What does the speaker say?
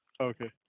Okay